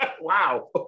wow